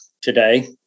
today